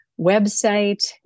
website